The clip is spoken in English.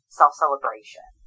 self-celebration